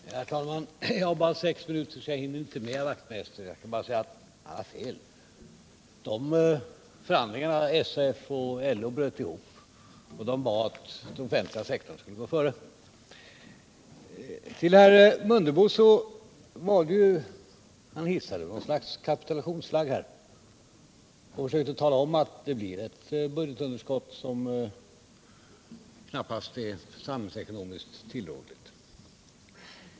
Herr talman! Jag har bara sex minuter på mig, så jag hinner inte med herr Knut Wachtmeister. Jag vill bara säga att förhandlingarna mellan SAF och LO bröt ihop, och då bad de att den offentliga sektorn skulle gå före. Herr Mundebo hissade något slags kapitulationsflagg och försökte tala om att det blir ett budgetunderskott som knappast är samhällsekonomiskt tillåtligt.